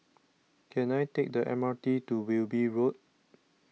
can I take the M R T to Wilby Road